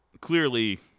clearly